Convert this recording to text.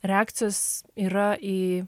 reakcijos yra į